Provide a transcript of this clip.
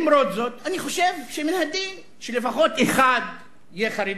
אני חושב שמן הדין שלפחות אחד יהיה חרדי,